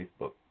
Facebook